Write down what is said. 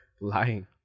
lying